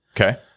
Okay